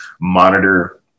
monitor